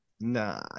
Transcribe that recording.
Nah